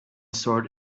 sword